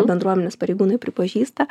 bendruomenės pareigūnai pripažįsta